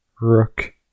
Rook